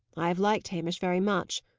i have liked hamish very much,